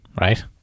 right